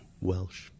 Welsh